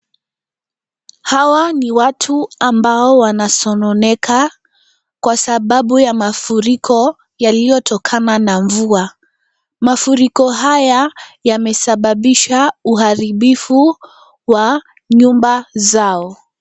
Hawa ni watu ambao wanasononeka kwa sababu ya mafuriko yaliyo tokana na mvua. Mafuriko haya yamesababisha uharibifu wa nyumba zao.